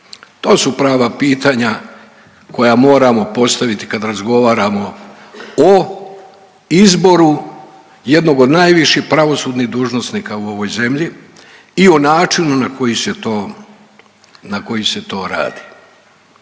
To su prava pitanja koja moramo postaviti kada razgovaramo o izboru jednog od najviših pravosudnih dužnosnika u ovoj zemlji i o načinu na koji se to, na